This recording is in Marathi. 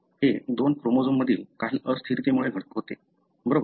हे दोन क्रोमोझोम मधील काही अस्थिरतेमुळे होते बरोबर